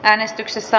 äänestyksessä